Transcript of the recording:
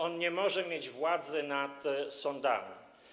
On nie może mieć władzy nad sądami.